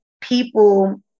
people